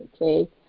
okay